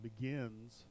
begins